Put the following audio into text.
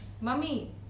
Mummy